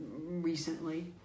recently